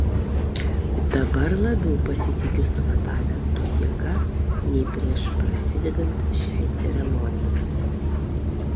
dabar labiau pasitikiu savo talento jėga nei prieš prasidedant šiai ceremonijai